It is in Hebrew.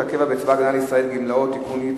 הצעת חוק שירות הקבע בצבא-הגנה לישראל (גמלאות) (תיקון,